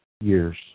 years